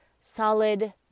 solid